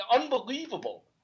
unbelievable